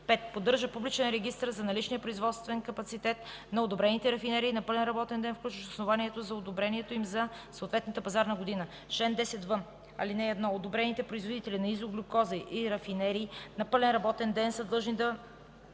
5. поддържа публичен регистър за наличния производствен капацитет на одобрените рафинерии на пълен работен ден, включващ основанието за одобрението им за съответната пазарна година. Чл. 10в. (1) Одобрените производители на изоглюкоза и рафинерии на пълен работен ден са длъжни да